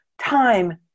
time